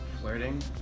flirting